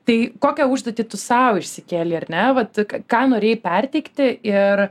tai kokią užduotį tu sau išsikėlei ar ne va ką norėjai perteikti ir